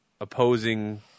opposing